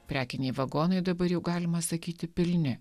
prekiniai vagonai dabar jau galima sakyti pilni